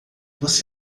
você